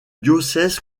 diocèse